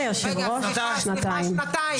שנתיים.